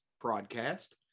broadcast